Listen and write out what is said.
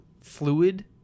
fluid